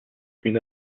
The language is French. une